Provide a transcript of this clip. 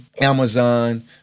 Amazon